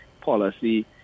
policy